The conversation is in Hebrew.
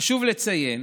חשוב לציין,